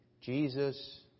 Jesus